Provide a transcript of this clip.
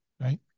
right